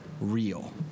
real